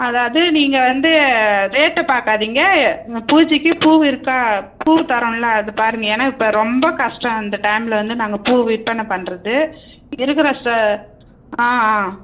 அதாவது நீங்கள் வந்து ரேட்டை பார்க்காதீங்க பூஜைக்கு பூ இருக்கா பூ தர்றோம்ல அதை பாருங்கள் ஏன்னா இப்போ ரொம்ப கஷ்டம் இந்த டைமில் வந்து நாங்கள் பூவை விற்பனை பண்ணுறது இருக்கிற ஆ ஆ